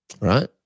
right